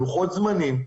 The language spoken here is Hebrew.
עם לוחות זמנים,